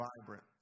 vibrant